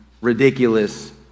ridiculous